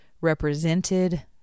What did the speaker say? represented